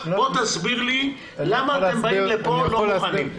תסביר לי למה אתם באים לכאן לא מוכנים.